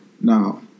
Now